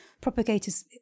Propagators